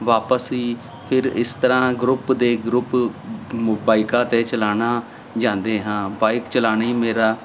ਵਾਪਸ ਹੀ ਫਿਰ ਇਸ ਤਰ੍ਹਾਂ ਗਰੁੱਪ ਦੇ ਗਰੁੱਪ ਮੁ ਬਾਈਕਾਂ 'ਤੇ ਚਲਾਉਣਾ ਜਾਂਦੇ ਹਾਂ ਬਾਈਕ ਚਲਾਉਣੀ ਮੇਰਾ